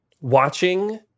watching